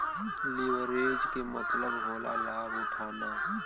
leverage के मतलब होला लाभ उठाना